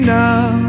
now